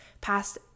past